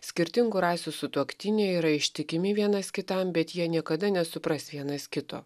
skirtingų rasių sutuoktiniai yra ištikimi vienas kitam bet jie niekada nesupras vienas kito